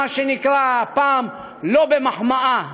מה שנקרא פעם לא במחמאה,